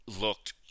looked